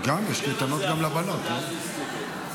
יש קייטנות גם לבנות, לא?